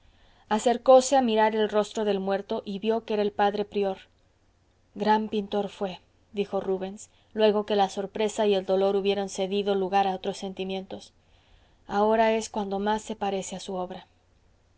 acercóse a mirar el rostro del muerto y vió que era el padre prior gran pintor fué dijo rubens luego que la sorpresa y el dolor hubieron cedido lugar a otros sentimientos ahora es cuando más se parece a su obra